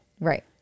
Right